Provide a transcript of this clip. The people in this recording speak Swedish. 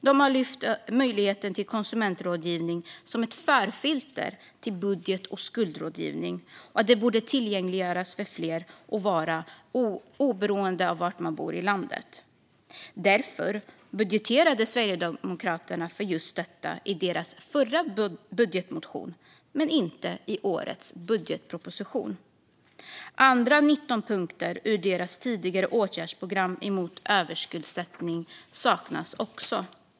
De har lyft fram möjligheten till konsumentrådgivning som ett förfilter till budget och skuldrådgivning och att detta borde tillgängliggöras för fler, oberoende av var i landet man bor. Därför budgeterade Sverigedemokraterna för detta i sin förra budgetmotion, men inte i årets budgetproposition. De andra 19 punkterna i deras åtgärdsprogram emot överskuldsättning saknas också.